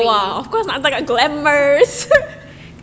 no way